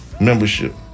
membership